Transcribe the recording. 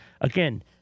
again